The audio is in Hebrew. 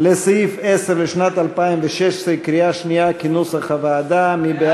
על סעיף 10 לשנת 2016 בקריאה שנייה, כנוסח הוועדה.